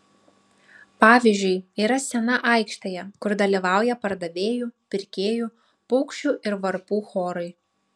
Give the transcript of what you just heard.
pavyzdžiui yra scena aikštėje kur dalyvauja pardavėjų pirkėjų paukščių ir varpų chorai